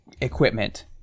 equipment